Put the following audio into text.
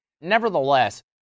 Nevertheless